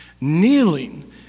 Kneeling